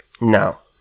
Now